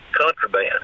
contraband